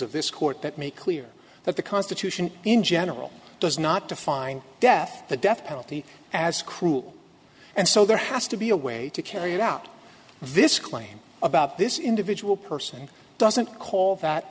of this court that make clear that the constitution in general does not define death the death penalty as cruel and so there has to be a way to carry out this claim about this individual person doesn't call that